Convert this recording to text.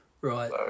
right